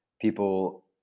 people